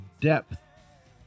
depth